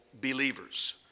believers